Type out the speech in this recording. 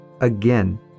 again